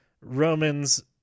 Roman's